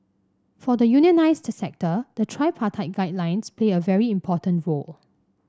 for the unionised sector the tripartite guidelines play a very important role